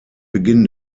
beginn